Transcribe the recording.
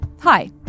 Hi